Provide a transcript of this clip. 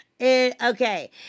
Okay